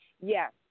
Yes